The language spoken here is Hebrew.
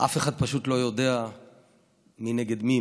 אף אחד פשוט לא יודע מי נגד מי,